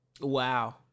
Wow